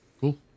cool